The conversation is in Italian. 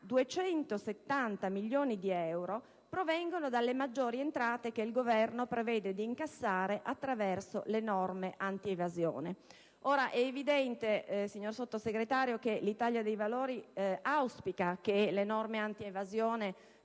270 milioni di euro provengono dalle maggiori entrate che il Governo prevede di incassare attraverso le norme anti evasione. Ora, signor Sottosegretario, il Gruppo dell'Italia dei Valori auspica evidentemente che le norme antievasione